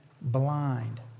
blind